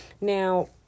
now